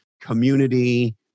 community